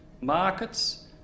markets